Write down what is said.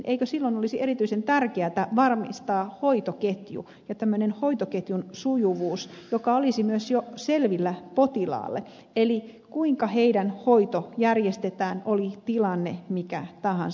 eikö silloin olisi erityisen tärkeätä varmistaa hoitoketju ja hoitoketjun sujuvuus jotka olisivat myös jo selvillä potilaalle eli kuinka heidän hoitonsa järjestetään oli tilanne mikä tahansa